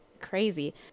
crazy